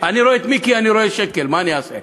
אני רואה את מיקי, אני רואה שקל, מה אני אעשה.